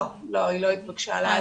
לא, היא לא התבקשה לעלות.